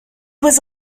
was